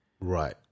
Right